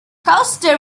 costa